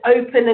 open